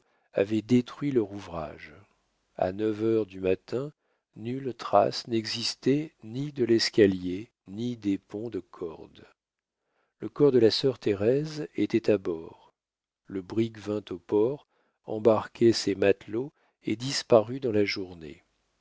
avaient détruit leur ouvrage a neuf heures du matin nulle trace n'existait ni de l'escalier ni des ponts de cordes le corps de la sœur thérèse était à bord le brick vint au port embarquer ses matelots et disparut dans la journée